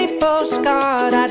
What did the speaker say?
postcard